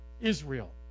Israel